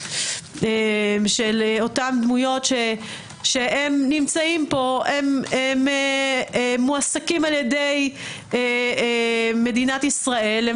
של אותם דמויות שנמצאים פה והם מועסקים על ידי מדינת ישראל או